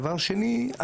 דבר שני,